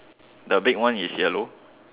the big one is yellow